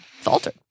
faltered